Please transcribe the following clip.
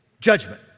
judgment